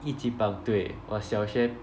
一级棒对我小学